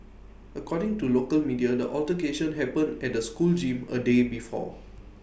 according to local media the altercation happened at the school gym A day before